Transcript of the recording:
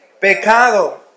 pecado